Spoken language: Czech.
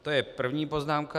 To je první poznámka.